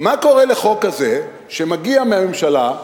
מה קורה לחוק כזה, שמגיע מהממשלה,